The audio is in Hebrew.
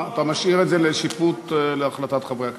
אתה משאיר את זה לשיפוט, להחלטת חברי הכנסת.